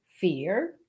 fear